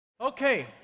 Okay